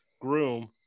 groom